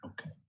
Okay